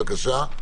בבקשה.